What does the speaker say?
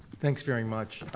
thanks very much.